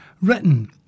written